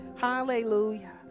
hallelujah